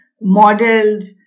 models